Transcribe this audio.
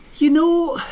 you know,